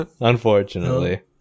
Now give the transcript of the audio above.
unfortunately